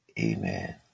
amen